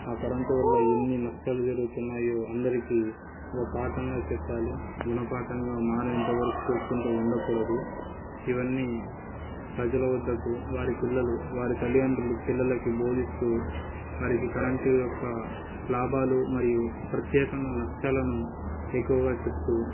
ఆ కరెంట్ వల్ల ఎన్ని నష్టాలు జరుగుతున్నాయో అందరికీ ఒక పాటంగా చెప్పాలి గుణపాఠంగా మారేంతవరకు చూస్కుంటూ ఉండకూడదు ఇవన్నీ ప్రజల వద్దకు వారి పిల్లలు వారి తల్లిదండ్రులు పిల్లలకి బోధిస్తూ వారికి కరెంటు యొక్క లాభాలు మరియు ప్రత్యేకంగా నష్టాలను ఎక్కువగా చెప్తూ